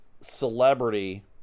celebrity